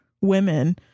women